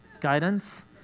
guidance